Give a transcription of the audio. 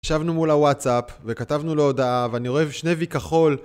ישבנו מול הוואטסאפ, וכתבנו לו הודעה, ואני רואה שני וי כחול.